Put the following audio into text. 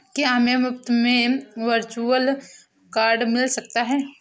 क्या हमें मुफ़्त में वर्चुअल कार्ड मिल सकता है?